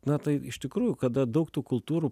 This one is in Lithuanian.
na tai iš tikrųjų kada daug tų kultūrų